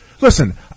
Listen